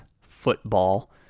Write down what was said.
football